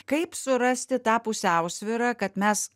kaip surasti tą pusiausvyrą kad mes